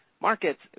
markets